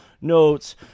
notes